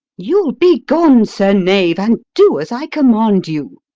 you'll be gone, sir knave, and do as i command you.